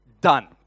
done